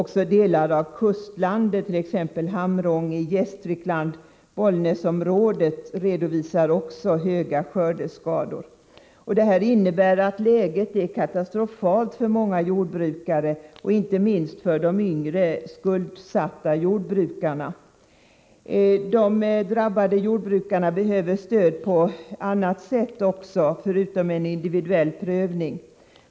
Också delar av kustlandet, t.ex. Hamrångetrakten i Gästrikland, och Bollnäsområdet redovisar stora skördeskador. Detta innebär att läget är katastrofalt för många jordbrukare — inte minst för de yngre skuldsatta jordbrukarna. De drabbade jordbrukarna behöver stöd också på annat sätt än efter individuell prövning.